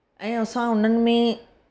ऐं असां उन्हनि में